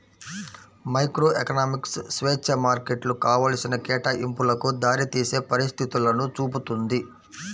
microeconomics స్వేచ్ఛా మార్కెట్లు కావాల్సిన కేటాయింపులకు దారితీసే పరిస్థితులను చూపుతుంది